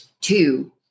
Two